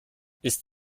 ist